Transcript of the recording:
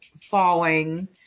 falling